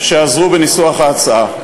שעזרו בניסוח ההצעה.